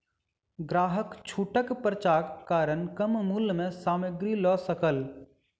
ग्राहक छूटक पर्चाक कारण कम मूल्य में सामग्री लअ सकल